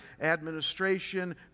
administration